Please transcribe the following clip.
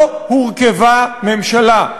לא הורכבה ממשלה.